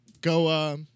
Go